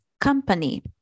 company